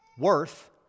worth